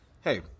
hey